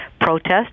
protest